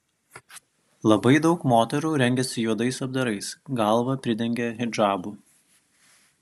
labai daug moterų rengiasi juodais apdarais galvą pridengia hidžabu